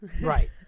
Right